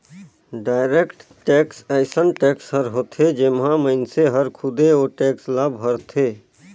direct tax अइसन tax हर होथे जेम्हां मइनसे हर खुदे ओ टेक्स ल भरथे